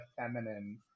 feminine